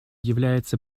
является